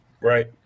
right